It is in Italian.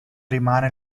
rimane